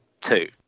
two